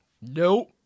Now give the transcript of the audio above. Nope